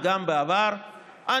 הינה,